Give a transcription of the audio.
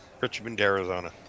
Richmond-Arizona